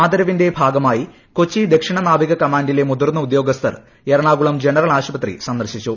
ആദരവിന്റെ ഭാഗമായി കൊച്ചി ദക്ഷിണ നാവിക കമാൻഡിലെ മുതിർന്ന ഉദ്യോഗസ്ഥർ എറണാകുളം ജനറൽ ആശുപത്രി സന്ദർശിച്ചു